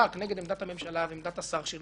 רשות שוק ההון --- בצלאל,